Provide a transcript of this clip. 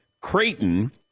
Creighton